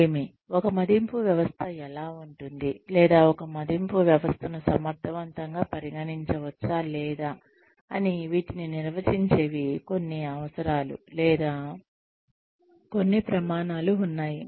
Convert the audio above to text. ఏమి ఒక మదింపు వ్యవస్థ ఎలా ఉంటుంది లేదా ఒక మదింపు వ్యవస్థను సమర్థవంతంగా పరిగణించవచ్చా లేదా అని వీటిని నిర్వచించేవి కొన్ని అవసరాలు లేదా కొన్ని ప్రమాణాలు ఉన్నాయి